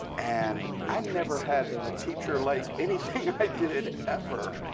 and i never had a teacher like anything i did ever.